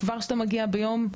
כבר שאתה מגיע ביום,